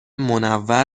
منور